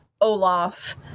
Olaf